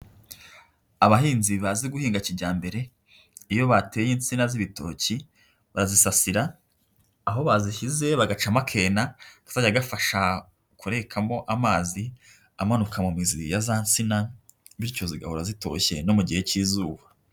Abahinzi bazi guhinga kijyambere, iyo bateye insina z'ibitoki bazisasira aho bazishyize bagacamo akena kazajya gafasha kurekamo amazi, amanuka mu mizi ya za nsina bityo zigahora zitoshye no mu gihe cy'izuba.